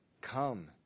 Come